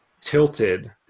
tilted